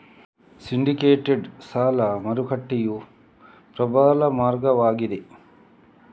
syndicated ಸಾಲ ಮಾರುಕಟ್ಟೆಯು ಪ್ರಬಲ ಮಾರ್ಗವಾಗಿದೆ